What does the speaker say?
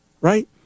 right